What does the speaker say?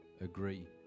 agree